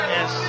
Yes